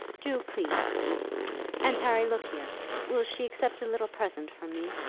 do, please and, harry, look here. will she accept a little present from me?